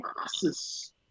masses